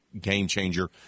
game-changer